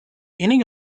ending